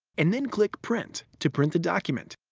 and then click print to print the document.